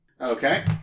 Okay